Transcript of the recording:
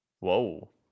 whoa